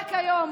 רק היום,